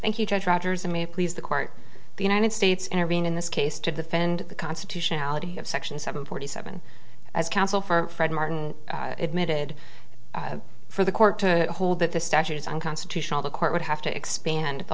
thank you judge rogers and me please the court the united states intervene in this case to defend the constitutionality of section seven forty seven as counsel for fred martin admitted for the court to hold that the statute is unconstitutional the court would have to expand the